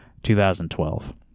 2012